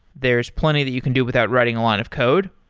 there's plenty that you can do without writing a lot of code,